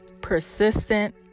persistent